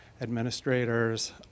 administrators